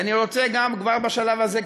ואני רוצה גם כבר בשלב הזה,